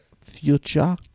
future